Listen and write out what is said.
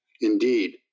Indeed